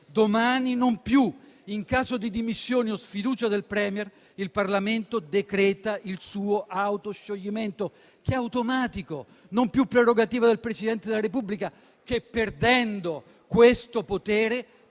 domani non più. In caso di dimissioni o sfiducia del *Premier*, il Parlamento decreta il suo auto scioglimento, che è automatico e non più prerogativa del Presidente della Repubblica. Egli, perdendo questo potere,